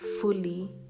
fully